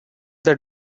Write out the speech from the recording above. the